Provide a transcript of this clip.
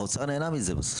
האוצר נהנה מזה בסוף.